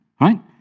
right